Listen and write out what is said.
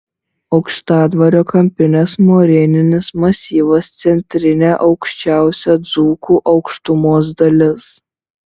aukštadvario kampinis moreninis masyvas centrinė aukščiausia dzūkų aukštumos dalis